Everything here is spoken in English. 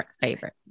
favorite